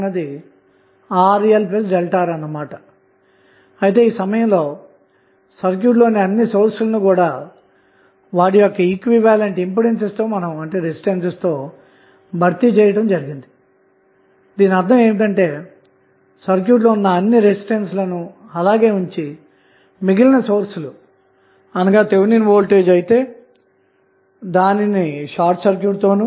తదుపరి ఇవ్వబడిన సర్క్యూట్ ను మీరు గమనిస్తే సర్క్యూట్ లో ఎటువంటి సోర్స్ కూడా లేనందువలన v0 యొక్క విలువ '0' అవుతుంది